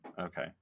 Okay